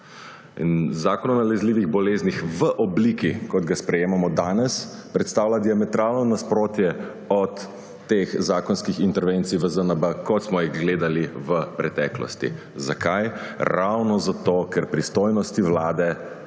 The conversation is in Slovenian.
Zakon o nalezljivih boleznih v obliki, kot ga sprejemamo danes, predstavlja diametralno nasprotje od teh zakonskih intervencij v ZNB, kot smo jih gledali v preteklosti. Zakaj? Ravno zato ker pristojnosti Vlade